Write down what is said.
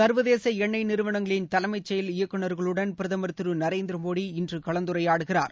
சர்வதேச எண்ணொய் நிறுவனங்களின் தலைமை செயல் இயக்குநர்களுடன் பிரதமர் திரு நரேந்திர மோடி இன்று கலந்துரையாடுகிறார்